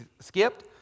skipped